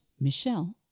Michelle